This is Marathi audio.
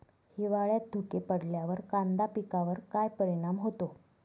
हिवाळ्यात धुके पडल्यावर कांदा पिकावर काय परिणाम होतो?